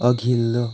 अघिल्लो